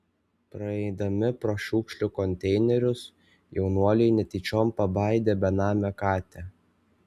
praeidami pro šiukšlių konteinerius jaunuoliai netyčiom pabaidė benamę katę